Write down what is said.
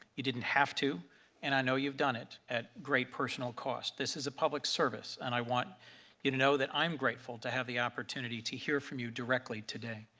you didn't have to and i know you've done it at great personal cost. this is a public service and i want you to know that i'm grateful to have the opportunity to hear from you directly today.